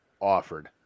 offered